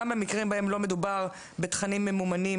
גם במקרים בהם לא מדובר בתכנים ממומנים,